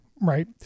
right